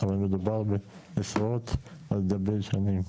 אבל מדובר בעשרות על גבי שנים.